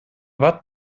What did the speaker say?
watt